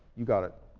you got it.